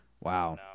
Wow